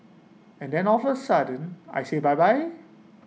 and then offer sudden I say bye bye